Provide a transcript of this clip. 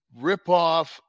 ripoff